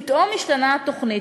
פתאום משתנה התוכנית,